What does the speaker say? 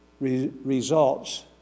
results